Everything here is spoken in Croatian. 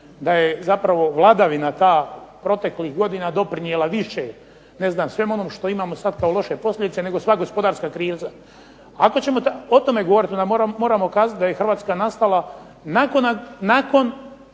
da je zapravo vladavina ta proteklih godina doprinijela više, ne znam svemu onom što imamo sad kao loše posljedice, nego sva gospodarska kriza. Ako ćemo o tome govoriti, onda moramo kazati da je Hrvatska nastala nakon